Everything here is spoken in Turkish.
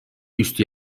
üstü